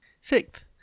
Sixth